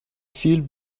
viel